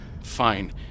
Fine